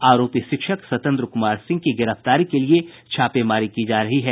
आरोपी शिक्षक सत्येन्द्र कुमार सिंह की गिरफ्तारी के लिये छापेमारी की जा रही है